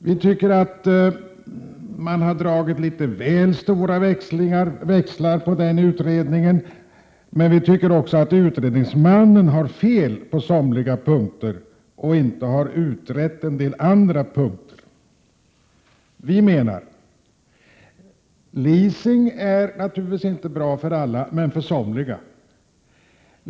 Vi tycker att man har dragit litet väl stora växlar på denna utredning samt att utredningsmannen på somliga punkter har fel och dessutom inte har utrett en del frågor. Vi menar att leasing naturligtvis inte är bra för alla men för somliga.